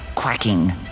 quacking